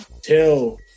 tell